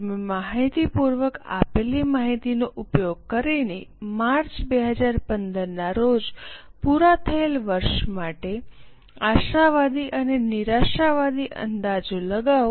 તમે માહિતિપૂર્વક આપેલી માહિતીનો ઉપયોગ કરીને માર્ચ 2015 ના રોજ પૂરા થયેલા વર્ષ માટે આશાવાદી અને નિરાશાવાદી અંદાજો લગાવો